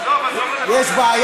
יש,